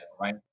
right